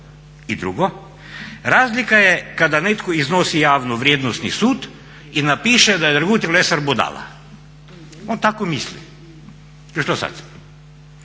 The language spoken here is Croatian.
I drugo. Razlika je kada netko iznosi javno vrijednosni sud i napiše da je Dragutin Lesar budala. On tako misli i što sad.